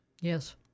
Yes